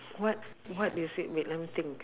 what what is it wait let me think